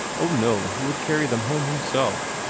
oh, no, he would carry them home himself.